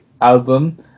album